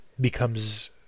becomes